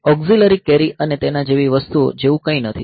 auxiliary carry અને તેના જેવી વસ્તુઓ જેવું કંઈ નથી